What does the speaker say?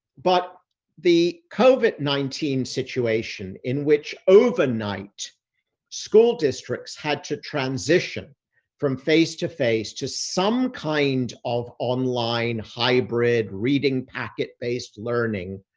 but the covid nineteen situation in which overnight school districts had to transition from face to face to some kind of online hybrid, reading packet-based learning,